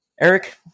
Eric